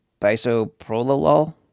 Bisoprolol